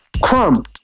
Crumb